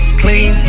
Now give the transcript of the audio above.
clean